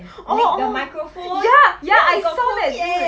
oh oh ya ya I saw that dude